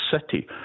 city